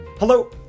Hello